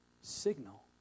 signal